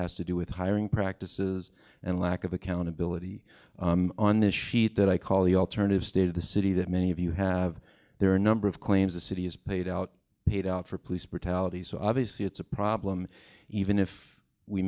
has to do with hiring practices and lack of accountability on this sheet that i call the alternative state of the city that many of you have there are a number of claims the city has paid out paid out for police brutality so obviously it's a problem even if we